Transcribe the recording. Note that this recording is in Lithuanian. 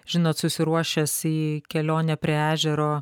žinot susiruošęs į kelionę prie ežero